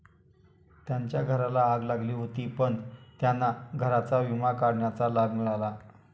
त्यांच्या घराला आग लागली होती पण त्यांना घराचा विमा काढण्याचा लाभ मिळाला